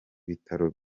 bitaro